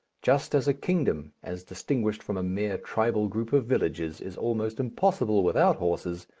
just as a kingdom, as distinguished from a mere tribal group of villages, is almost impossible without horses,